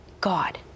God